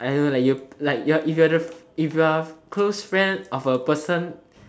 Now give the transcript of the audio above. I don't know like you like you're if you're if you're close friend of a person